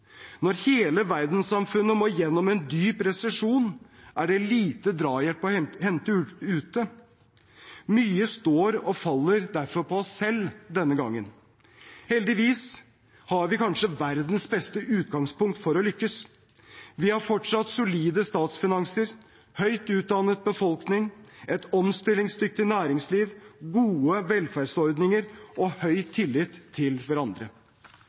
Når hele verdenssamfunnet må gjennom en dyp resesjon, er det lite drahjelp å hente ute. Mye står og faller derfor på oss selv denne gangen. Heldigvis har vi kanskje verdens beste utgangspunkt for å lykkes. Vi har fortsatt solide statsfinanser, en høyt utdannet befolkning, et omstillingsdyktig næringsliv, gode velferdsordninger og høy tillit til hverandre.